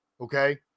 okay